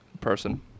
person